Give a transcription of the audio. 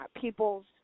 people's